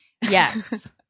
Yes